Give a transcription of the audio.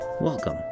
Welcome